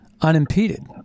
unimpeded